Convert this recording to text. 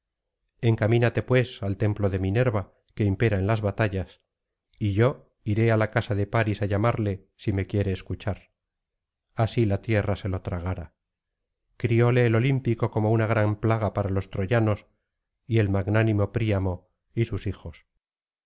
encamínate pues al templo de minerva que impera en las batallas y yo iré á la casa de parís á llamarle si me quiere escuchar así la tierra se lo tragara crióle el olímpico como una gran plaga para los troyanos y el magnánimo príamo y sus hijos